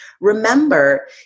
remember